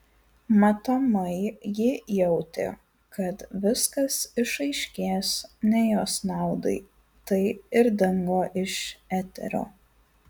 matomai ji jautė kad viskas išaiškės ne jos naudai tai ir dingo iš eterio